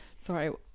sorry